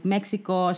Mexico